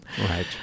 Right